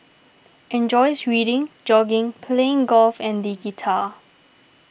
enjoys reading jogging playing golf and the guitar